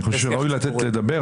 אני חושב שראוי לתת לדבר,